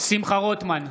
שמחה רוטמן,